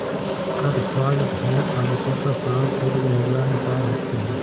Cotswold भेड़ आमतौर पर शांत और मिलनसार होती हैं